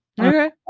okay